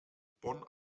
bonn